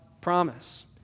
promise